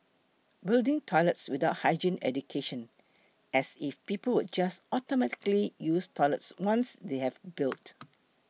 building toilets without hygiene education as if people would just automatically use toilets once they have built